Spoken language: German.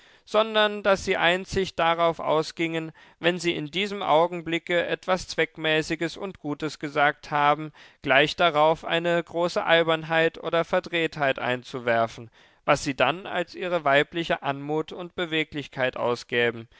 sondern daß sie einzig darauf ausgingen wenn sie in diesem augenblicke etwas zweckmäßiges und gutes gesagt haben gleich darauf eine große albernheit oder verdrehtheit einzuwerfen was sie dann als ihre weibliche anmut und beweglichkeit ausgäben